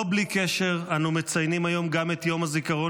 לא בלי קשר אנו מציינים היום גם את יום הזיכרון